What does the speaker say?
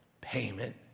payment